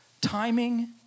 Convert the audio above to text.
Timing